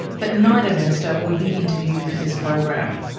but neither minister would be interviewed for this program.